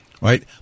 right